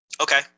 Okay